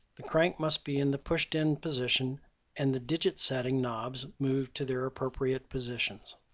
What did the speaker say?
the crank must be in the pushed-in position and the digit setting knobs moved to their appropriate positions.